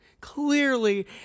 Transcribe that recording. clearly